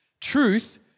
Truth